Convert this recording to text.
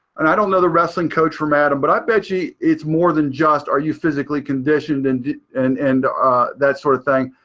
and i don't know the wrestling coach from adam, but i bet you it's more than just are you physically conditioned and and and that sort of thing.